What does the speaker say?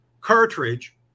cartridge